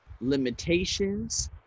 limitations